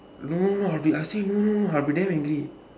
no no no I say no no I will be damn angry